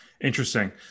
Interesting